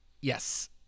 yes